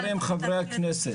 חברים, חברי הכנסת.